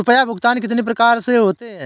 रुपया भुगतान कितनी प्रकार के होते हैं?